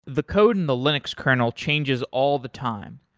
the code in the linux kernel changes all the time.